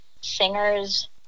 singers